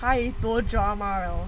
太多 drama liao